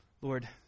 Lord